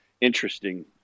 interesting